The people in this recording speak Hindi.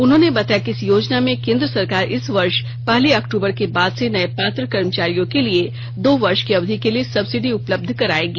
उन्होंने बताया कि इस योजना में केन्द्र सरकार इस वर्ष पहली अक्टूबर के बाद से नये पात्र कर्मचारियों के लिए दो वर्ष की अवधि के लिए सबसिडी उपलब्ध करायेगी